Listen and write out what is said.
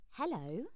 Hello